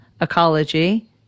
ecology